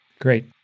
Great